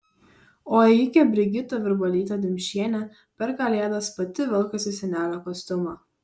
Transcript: o ėjikė brigita virbalytė dimšienė per kalėdas pati velkasi senelio kostiumą